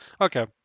Okay